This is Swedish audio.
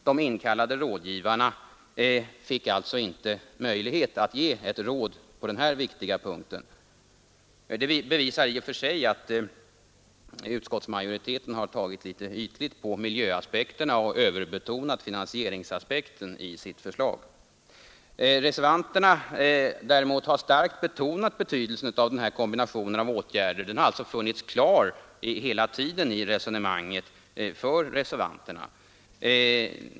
De inkallade rådgivarna fick alltså inte möjlighet att ge ett råd på den här viktiga punkten. Det bevisar i och för sig att utskottsmajoriteten har tagit litet ytligt på miljöaspekterna och överbetonat finansieringsaspekten i sitt Reservanterna har däremot starkt betonat betydelsen av den här kombinationen av åtgärder. Den har funnits klar hela tiden i deras resonemang.